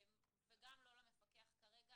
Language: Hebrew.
אני מבקשת לציין שזה אפשרי בהתייעצות עם הבט"פ.